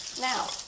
Now